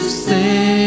say